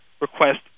request